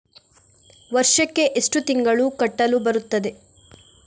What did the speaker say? ವರ್ಷಕ್ಕೆ ಎಷ್ಟು ತಿಂಗಳು ಕಟ್ಟಲು ಬರುತ್ತದೆ?